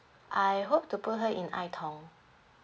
I hope to put her in ai tong